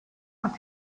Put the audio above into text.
aus